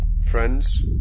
Friends